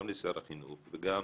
גם לשר החינוך וגם